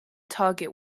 target